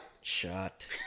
Shot